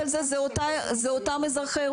אני יודע על המזמין אם הוא שהה פה בלתי חוקי או אם הישראלי,